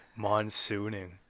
Monsooning